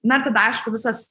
na ir tada aišku visas